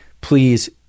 Please